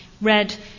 read